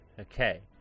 Okay